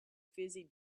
fizzy